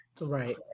Right